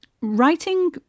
Writing